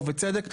ובצדק,